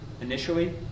initially